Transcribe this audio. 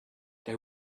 they